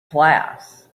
class